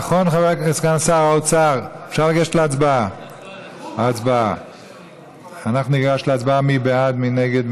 תמשיכו לזלזל, אנחנו נמשיך להנהיג את